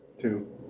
two